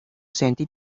sentit